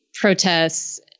protests